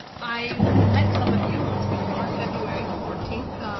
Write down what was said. i met some of you once before, february fourteenth,